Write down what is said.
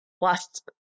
last